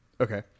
Okay